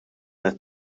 qed